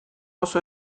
oso